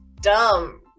dumb